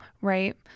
right